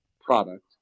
product